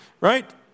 Right